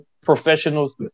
professionals